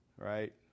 Right